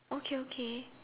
okay okay